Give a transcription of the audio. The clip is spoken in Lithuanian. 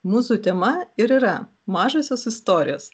mūsų tema ir yra mažosios istorijos